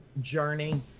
journey